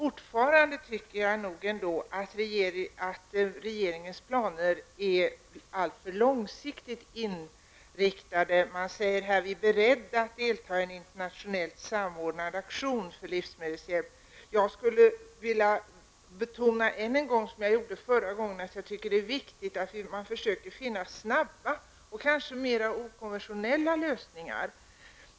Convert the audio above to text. Jag tycker nog fortfarande att regeringens planer är alltför långsiktigt inriktade. Statsrådet skriver i sitt svar att regeringen är beredd att delta i en internationellt samordnad aktion för livsmedelshjälp. Jag skulle liksom förra gången än en gång vilja betona att det enligt min uppfattning är viktigt att man försöker finna snabba och kanske mer okonventionella lösningar.